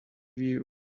view